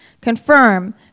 confirm